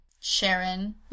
Sharon